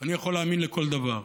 אני יכול להאמין לכל דבר,